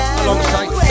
alongside